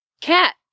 Cat